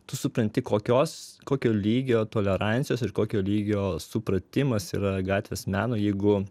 tu supranti kokios kokio lygio tolerancijos ir kokio lygio supratimas yra gatvės meno jeigu